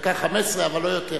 1:15, אבל לא יותר.